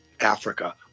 Africa